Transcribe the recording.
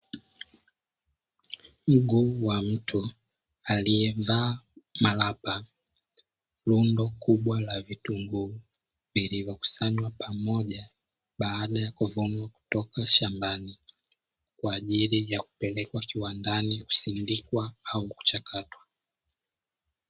Mguu wa mtu aliye vaa malapa, rundo kubwa la vitunguu lililokusanywa pamoja baada ya kuvunwa kutoka shambani, kwa ajili ya kupelekwa kiwandani kusindikwa au kuchakatwa.